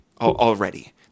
already